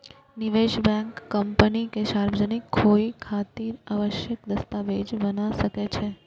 निवेश बैंक कंपनी के सार्वजनिक होइ खातिर आवश्यक दस्तावेज बना सकै छै